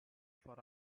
for